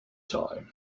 time